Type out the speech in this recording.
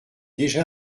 déjà